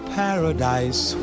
paradise